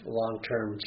long-term